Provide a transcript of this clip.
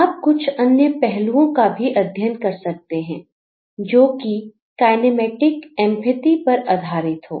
आप कुछ अन्य पहलुओं का भी अध्ययन कर सकते हैं जोकि किनेमैटिक एम्पथी पर आधारित हो